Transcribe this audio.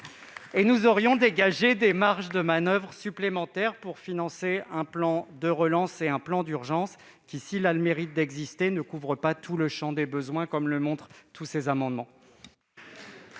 aurions ainsi dégagé des marges supplémentaires pour financer un plan de relance et un plan d'urgence qui, s'ils ont le mérite d'exister, ne couvrent pas l'intégralité du champ des besoins, comme le montrent tous ces amendements.